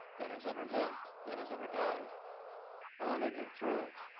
that has ever lived, that has ever died on it and through it,